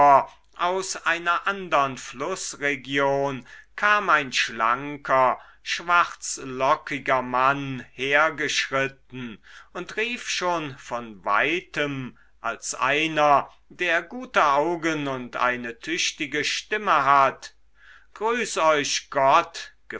aus einer andern flußregion kam ein schlanker schwarzlockiger mann hergeschritten und rief schon von weitem als einer der gute augen und eine tüchtige stimme hat grüß euch gott